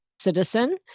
citizen